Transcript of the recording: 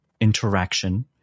interaction